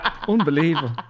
Unbelievable